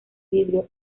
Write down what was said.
vidrio